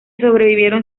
sobrevivieron